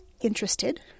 interested